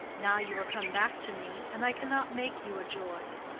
now you are come back to me, and i cannot make you a joy.